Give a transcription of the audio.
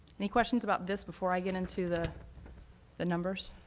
any questions about this before i get into the the numbers?